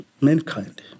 mankind